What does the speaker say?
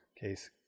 case